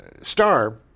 star